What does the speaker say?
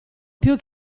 più